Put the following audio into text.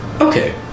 Okay